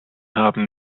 haben